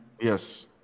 Yes